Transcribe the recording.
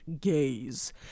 gaze